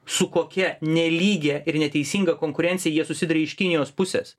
su kokia nelygia ir neteisinga konkurencija jie susiduria iš kinijos pusės